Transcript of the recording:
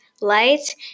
lights